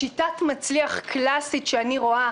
"שיטת מצליח" קלסית שאני רואה,